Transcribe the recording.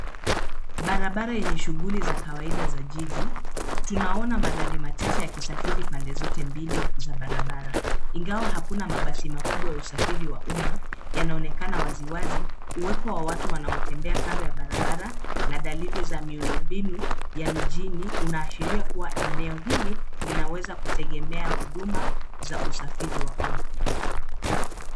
Barabara yenye shughuli za kawaida za jiji. Tunaona magari machache yakisafiri pande zote mbili za barabara, ingawa hakuna mabasi makubwa ya usafiri wa umma, yanaonekana waziwazi uwepo wa watu wanaotembea kando ya barabara, na dalili za miundombinu ya mijini unaashiria kuwa eneno hili linaweza kuegemea huduma za usafiri wa umma.